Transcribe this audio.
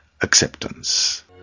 acceptance